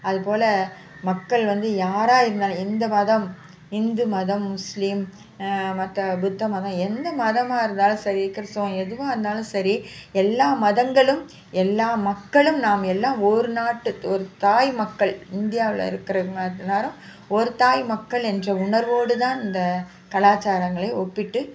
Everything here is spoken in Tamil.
அதுப்போல் மக்கள் வந்து யாராக இருந்தாலும் எந்த மதம் இந்து மதம் முஸ்லீம் மத்த புத்த மதம் எந்த மதமாக இருந்தாலும் சரி கிறிஸ்த்துவம் எதுவாக இருந்தாலும் சரி எல்லா மதங்களும் எல்லா மக்களும் நாம் எல்லாம் ஒரு நாட்டு ஒரு தாய் மக்கள் இந்தியாவில் இருக்கிறவுங்க எல்லோரும் ஒருதாய் மக்கள் என்ற உணர்வோடு தான் இந்த கலாச்சாரங்களை ஒப்பிட்டு